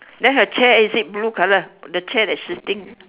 then her chair is it blue colour the chair that is shifting